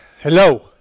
Hello